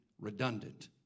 redundant